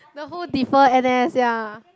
the whole defer n_s ya